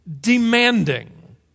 demanding